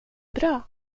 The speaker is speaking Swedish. bra